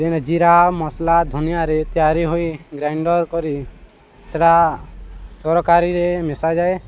ଯେଣେ ଜିରା ମସଲା ଧନିଆରେ ତିଆରି ହୋଇ ଗ୍ରାଇଣ୍ଡର୍ କରି ସେ ସେଟା ତରକାରୀରେ ମିଶାଯାଏ